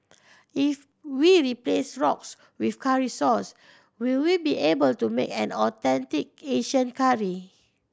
if we replace rox with curry sauce will we be able to make an authentic Asian curry